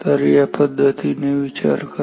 तर या पद्धतीने विचार करा